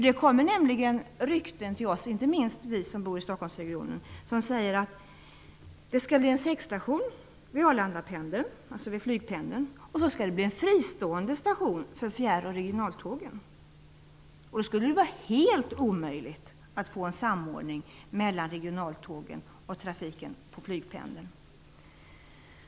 Det kommer nämligen rykten, inte minst till oss som bor i Stockholmsregionen, som säger att det skall bli en säckstation vid Arlandapendeln, dvs. vid flygpendeln, och att det skall bli en fristående station för fjärr och regionaltågen. Då skulle det vara helt omöjligt att få en samordning mellan regionaltågen och trafiken på flygpendeln.